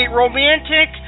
romantic